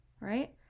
Right